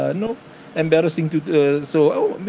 ah you know embarrassing to the, so